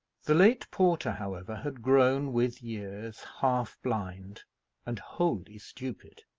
the late porter, however, had grown, with years, half blind and wholly stupid.